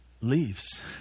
leaves